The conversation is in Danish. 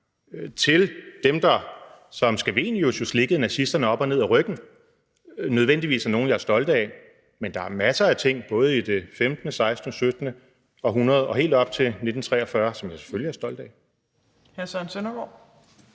til dem, der ligesom Erik Scavenius slikkede nazisterne op og ned ad ryggen – nødvendigvis er noget, som jeg er stolt af. Men der er masser af ting, både i det 15., 16. og 17. århundrede og helt op til 1943, som jeg selvfølgelig er stolt af.